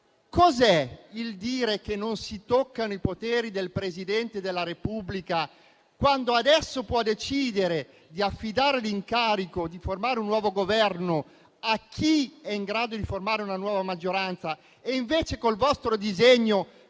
cosa significa che non si toccano i poteri del Presidente della Repubblica se adesso può decidere di affidare l'incarico di formare un nuovo Governo a chi è in grado di formare una nuova maggioranza e, invece, con il vostro disegno,